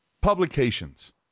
publications